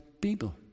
people